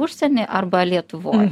užsieny arba lietuvoj